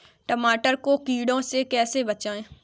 टमाटर को कीड़ों से कैसे बचाएँ?